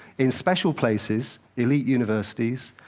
in special places, elite universities,